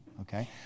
Okay